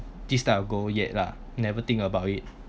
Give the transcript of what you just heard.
this type of goal yet lah never think about it